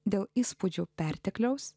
dėl įspūdžių pertekliaus